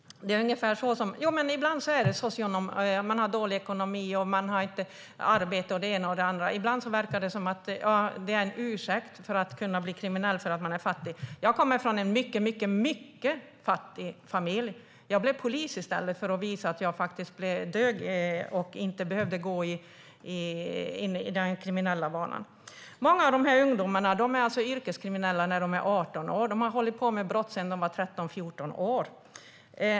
Ibland verkar dålig ekonomi och arbetslöshet vara en ursäkt för att bli kriminell. Jag kommer från en mycket fattig familj, men jag blev polis för att visa att jag dög och inte behövde gå in på den kriminella banan. Många av dessa ungdomar är yrkeskriminella när de är 18 år. De har hållit på med brott sedan de var 13-14 år.